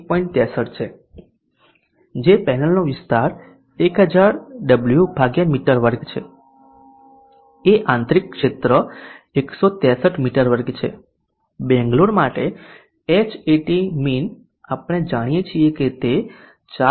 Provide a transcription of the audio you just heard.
63 છે જે પેનલનો વિસ્તાર 1000 ડબલ્યુમી2 છે A આંતરિક ક્ષેત્ર 163 મી2 છે બેંગ્લોર માટે Hatmin આપણે જાણીએ છીએ કે તે 4